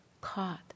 caught